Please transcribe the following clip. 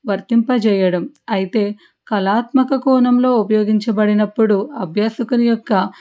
వర్తింపచేయడం అయితే కళాత్మక కోణంలో ఉపయోగించబడినప్పుడు అభ్యాసకుడి యొక్క